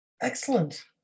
Excellent